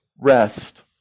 rest